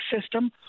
system